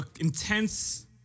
intense